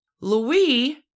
Louis